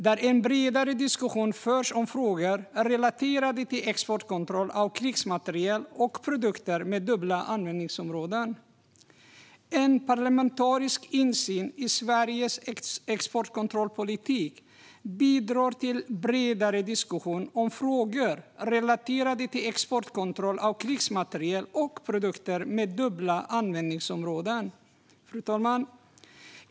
Där förs en bredare diskussion om frågor som är relaterade till exportkontroll av krigsmateriel och produkter med dubbla användningsområden. Parlamentarisk insyn i Sveriges exportkontrollpolitik bidrar till en bredare diskussion om frågor som är relaterade till exportkontroll av krigsmateriel och produkter med dubbla användningsområden. Fru talman!